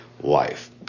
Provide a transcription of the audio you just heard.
life